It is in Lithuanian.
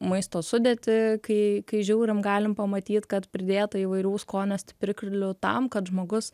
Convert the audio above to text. maisto sudėtį kai kai žiūrim galim pamatyt kad pridėta įvairių skonio stipriklių tam kad žmogus